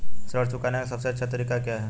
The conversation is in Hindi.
ऋण चुकाने का सबसे अच्छा तरीका क्या है?